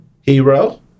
hero